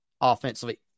offensively